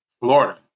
Florida